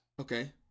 okay